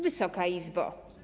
Wysoka Izbo!